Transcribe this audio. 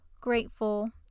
grateful